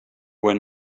were